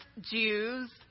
Jews